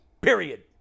period